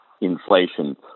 inflation